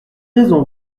raison